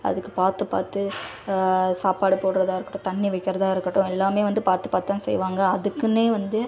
அதுக்கு பார்த்து பார்த்து சாப்பாடு போடுறதா இருக்கட்டும் தண்ணி வைக்கிறதாக இருக்கட்டும் எல்லாமே வந்து பார்த்து பார்த்து தான் செய்வாங்கள் அதுக்குன்னே வந்து